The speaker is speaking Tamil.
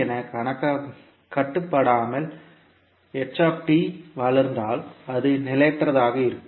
என கட்டுப்படாமல் வளர்ந்தால் அது நிலையற்றதாக இருக்கும்